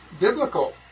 biblical